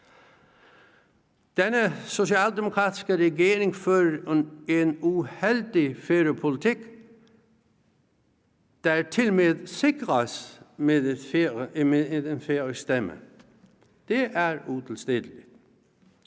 Denne socialdemokratiske regering fører en uheldig Færøpolitik, der tilmed sikres med en færøsk stemme. Det er utilstedeligt.